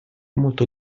molto